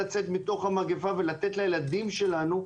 מהמגפה ולתת פתרון אמיתי לילדים שלנו,